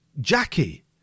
Jackie